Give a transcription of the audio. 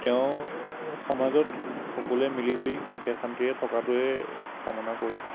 তেওঁ সমাজত সকলোৱে মিলি জুলি সুখে শান্তিৰে থকাটোৱে কামনা কৰোঁ